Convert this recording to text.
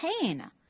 pain